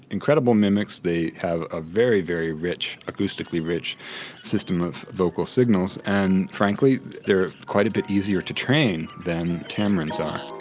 incredible mimics, they have a very, very rich, acoustically rich system of vocal signals and frankly they're quite a bit easier to train than tamarins are.